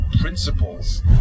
principles